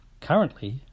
currently